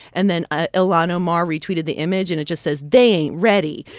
and then ah ihlan omar re-tweeted the image, and it just says, they ain't ready.